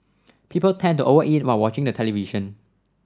people tend to over eat while watching the television